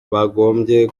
bagombye